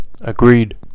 Agreed